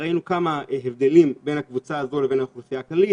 ראינו כמה הבדלים בין הקבוצה הזאת לבין הקבוצה הכללית.